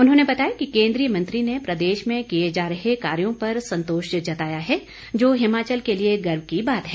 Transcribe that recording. उन्होंने बताया कि केंद्रीय मंत्री ने प्रदेश में किए जा रहे कार्यो पर संतोष जताया है जो हिमाचल के लिए गर्व की बात है